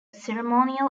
ceremonial